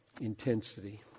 intensity